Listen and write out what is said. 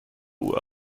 uhr